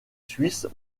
suisses